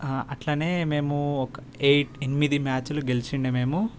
అట్లనే మేము ఎయిట్ ఎనిమిది మ్యాచులు గెలిచిండే మేము